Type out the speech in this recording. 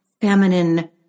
feminine